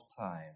time